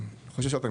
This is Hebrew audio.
חושב שעוד פעם,